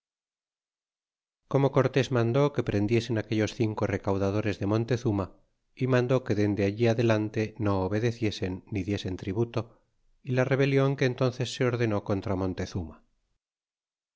como cortés mandó que prendiesen aquellos cinco recaudadores de montezuma y mandó que dende allí adelante no obedeciesen ni diesen tributo y la rebelion que entónces se ordenó contra montezuma